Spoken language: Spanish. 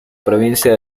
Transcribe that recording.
provincia